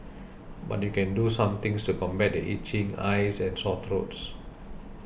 but you can do some things to combat the itching eyes and sore throats